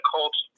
Colts